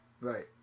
right